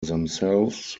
themselves